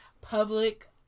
public